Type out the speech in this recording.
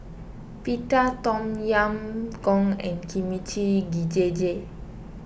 Pita Tom Yam Goong and Kimchi Jjigae